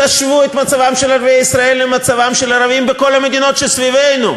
תשוו את מצבם של ערביי ישראל למצבם של ערבים בכל המדינות שסביבנו.